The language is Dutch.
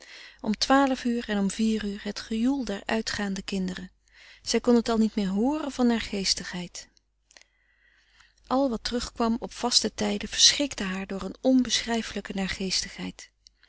om twaalf uur en om vier uur het gejoel der uitgaande kinderen zij kon het al niet meer hooren van naargeestigheid al wat terug kwam op vaste tijden verschrikte haar door een onbeschrijfelijke